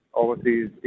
overseas